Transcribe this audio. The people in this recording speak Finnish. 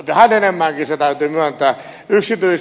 vähän enemmänkin se täytyy myöntää